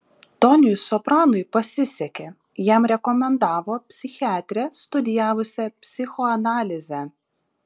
toniui sopranui pasisekė jam rekomendavo psichiatrę studijavusią psichoanalizę